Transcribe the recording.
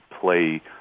play